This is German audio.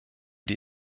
die